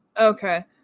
Okay